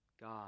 God